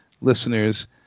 listeners